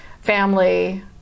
family